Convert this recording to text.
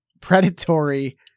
predatory